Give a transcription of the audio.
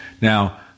Now